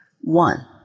One